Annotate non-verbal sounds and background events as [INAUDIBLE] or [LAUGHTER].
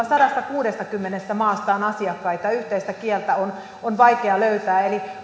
[UNINTELLIGIBLE] sadastakuudestakymmenestä maasta on asiakkaita ja yhteistä kieltä on on vaikea löytää eli